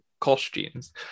costumes